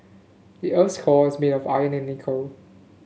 the earth's core is made of iron and nickel